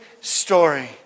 story